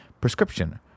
Prescription